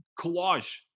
collage